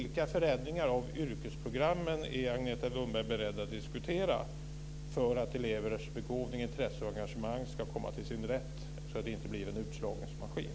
Vilka förändringar av yrkesprogrammen är Agneta Lundberg beredd att diskutera för att elevers begåvning, intressen och engagemang ska komma till sin rätt och så att det inte blir en utslagningsmaskin?